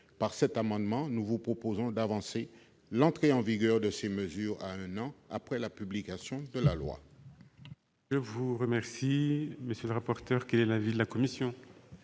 Par cet amendement, nous vous proposons d'avancer l'entrée en vigueur de ces mesures à un an après la publication de la loi.